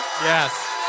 Yes